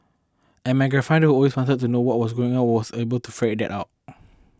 and my grandfather who always wanted to know what was going on was able to ferret that out